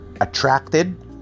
attracted